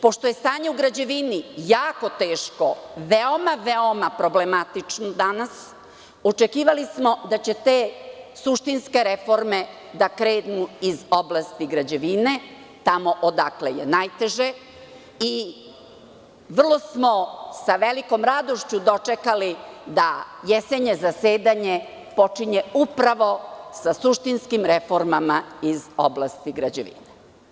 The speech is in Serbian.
Pošto je stanje u građevini jako teško, veoma, veoma problematično danas, očekivali smo da će te suštinske reforme da krenu iz oblasti građevine, tamo odakle je najteže i vrlo smo, sa velikom radošću, dočekali da jesenje zasedanje počinje upravo sa suštinskim reformama iz oblasti građevine.